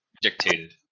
dictated